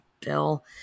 Bill